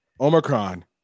Omicron